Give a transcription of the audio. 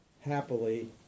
happily